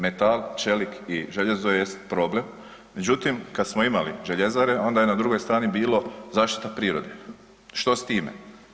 Metal, čelik i željezo jest problem međutim kad smo imali željezare, onda je na drugoj strani bilo zaštita prirode, što s time?